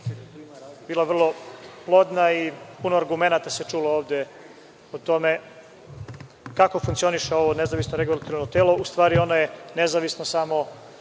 bila vrlo plodna i puno argumenata se čulo ovde o tome kako funkcioniše ovo nezavisno regulatorno telo, u stvari ono je nezavisno samo